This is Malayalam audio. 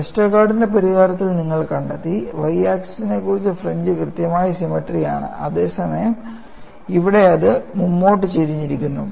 വെസ്റ്റർഗാർഡിന്റെ പരിഹാരത്തിൽ നിങ്ങൾ കണ്ടെത്തി y ആക്സിസിനെക്കുറിച്ച് ഫ്രിഞ്ച് കൃത്യമായി സിമട്രി ആണ് അതേസമയം ഇവിടെ അത് മുന്നോട്ട് ചരിഞ്ഞിരിക്കുന്നു